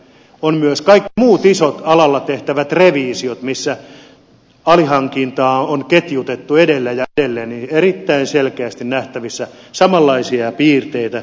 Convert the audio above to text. on myös kaikki muut isot alalla tehtävät revisiot missä alihankintaa on ketjutettu edelleen ja edelleen ja on erittäin selkeästi nähtävissä samanlaisia piirteitä